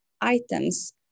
items